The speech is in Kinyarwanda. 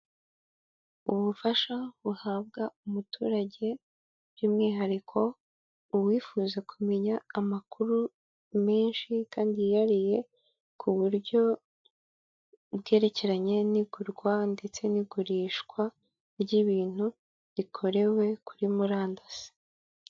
Ubufasha buhabwa umuturage by'umwihariko uwifuza kumenya amakuru menshi kandi yihariye ku buryo bwerekeranye n'igurwa ndetse n'igurishwa ry'ibintu rikorewe kuri murandasi.